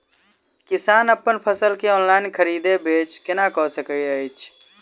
किसान अप्पन फसल केँ ऑनलाइन खरीदै बेच केना कऽ सकैत अछि?